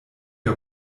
der